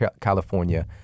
California